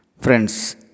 Friends